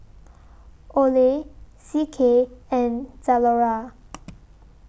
Olay C K and Zalora